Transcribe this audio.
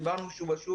דיברנו על כך שוב ושוב,